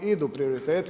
I idu prioriteti.